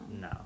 No